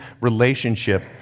relationship